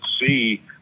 see